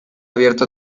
abierto